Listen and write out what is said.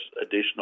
additional